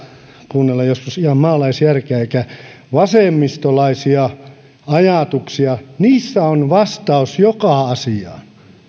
kuunnella joskus ihan maalaisjärkeä eikä vasemmistolaisia ajatuksia niissä on vastaus joka asiaan